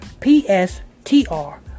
P-S-T-R